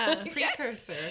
precursor